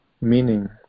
meaning